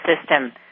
System